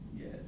Yes